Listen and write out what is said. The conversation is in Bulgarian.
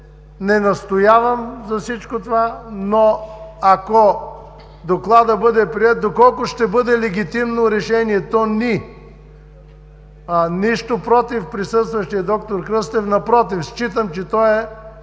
не настоявам за всичко това, но ако Докладът бъде приет, доколко ще бъде легитимно решението ни? Нищо против присъстващия доктор Кръстев, напротив – считам, че той е